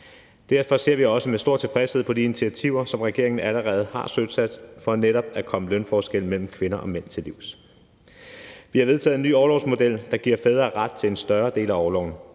Derfor ser vi også med stor tilfredshed på de initiativer, som regeringen allerede har søsat for netop at komme lønforskellen mellem kvinder og mænd til livs. Vi har vedtaget en ny orlovsmodel, der giver fædre ret til en større del af orloven;